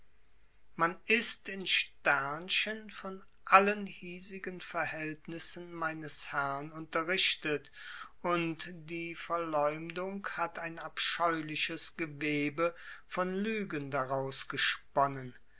man ist in von allen hiesigen verhältnissen meines herrn unterrichtet und die verleumdung hat ein abscheuliches gewebe von lügen daraus gesponnen